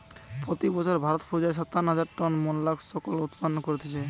পোতি বছর ভারত পর্যায়ে সাতান্ন হাজার টন মোল্লাসকস উৎপাদন কোরছে